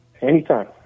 Anytime